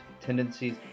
tendencies